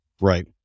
Right